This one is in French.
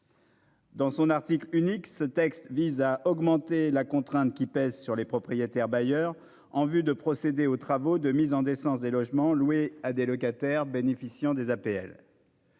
Dans son article unique, ce texte vise à augmenter la contrainte qui pèse sur les propriétaires bailleurs en vue de procéder aux travaux de mise en décence des logements loués à des personnes bénéficiant des APL.